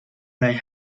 may